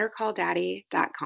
BetterCallDaddy.com